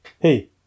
hey